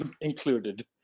included